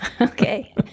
Okay